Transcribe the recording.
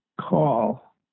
call